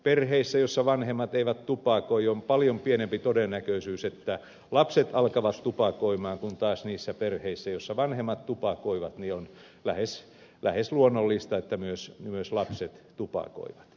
perheissä joissa vanhemmat eivät tupakoi on paljon pienempi todennäköisyys että lapset alkavat tupakoida kun taas niissä perheissä joissa vanhemmat tupakoivat on lähes luonnollista että myös lapset tupakoivat